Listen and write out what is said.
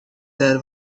their